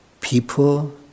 People